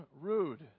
rude